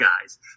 guys